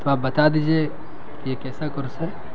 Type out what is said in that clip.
تو آپ بتا دیجیے کہ یہ کیسا کورس ہے